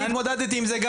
אני גם התמודדתי עם זה.